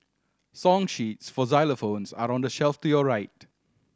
song sheets for xylophones are on the shelf to your right